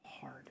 hard